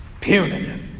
punitive